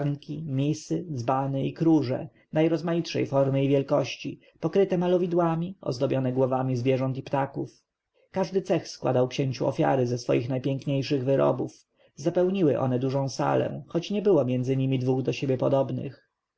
misy dzbany i kruże najrozmaitszej formy i wielkości pokryte malowidłami ozdobione głowami zwierząt i ptaków każdy cech składał księciu ofiary ze swoich najpiękniejszych wyrobów zapełniły one dużą salę choć nie było między niemi dwu do siebie podobnych